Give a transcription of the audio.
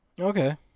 Okay